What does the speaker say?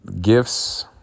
gifts